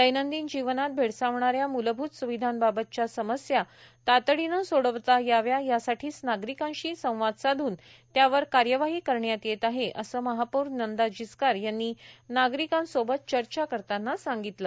दैनंदिन जीवनात भेडसावणाऱ्या मुलभूत सुविधांबाबतच्या समस्या तातडीने सोडविता याव्यात यासाठीच नागरिकांशी संवाद साधून त्यावर कार्यवाही करण्यात येत आहे असे महापौर नंदा जिचकार यांनी नागरिकांसोबत चर्चा करताना सांगितले